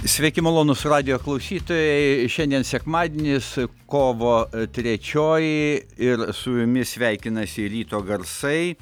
sveiki malonūs radijo klausytojai šiandien sekmadienis kovo trečioji ir su jumis sveikinasi ryto garsai